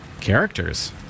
characters